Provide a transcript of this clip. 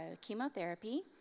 chemotherapy